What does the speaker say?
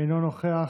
אינו נוכח.